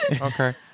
Okay